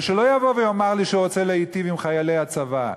ושלא יבוא ויאמר לי שהוא רוצה להיטיב עם חיילי הצבא,